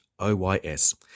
OYS